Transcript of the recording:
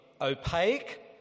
opaque